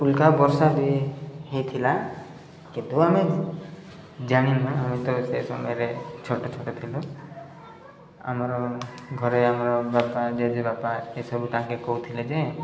ଉଲ୍କା ବର୍ଷା ବି ହେଇଥିଲା କିନ୍ତୁ ଆମେ ଜାଣିନୁ ଆମେ ତ ସେ ସମୟରେ ଛୋଟ ଛୋଟ ଥିଲୁ ଆମର ଘରେ ଆମର ବାପା ଜେଜେ ବାପା ଏସବୁ ତାଙ୍କେ କହୁଥିଲେ ଯେ